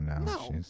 no